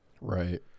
Right